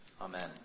Amen